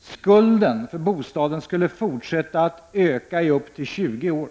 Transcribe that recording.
Skulden för bostaden skulle fortsätta att öka i upp till 20 år.